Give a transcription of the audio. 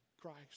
Christ